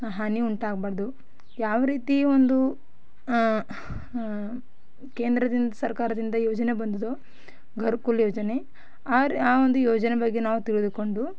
ಹಾನಿ ಉಂಟಾಗಬಾರ್ದು ಯಾವ ರೀತಿ ಒಂದು ಕೇಂದ್ರದಿಂದ ಸರ್ಕಾರದಿಂದ ಯೋಜನೆ ಬಂದದೋ ಗರ್ಕುಲ್ ಯೋಜನೆ ಆರು ಆ ಒಂದು ಯೋಜನೆ ಬಗ್ಗೆ ನಾವು ತಿಳಿದುಕೊಂಡು